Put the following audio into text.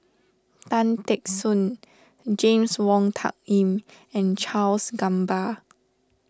Tan Teck Soon James Wong Tuck Yim and Charles Gamba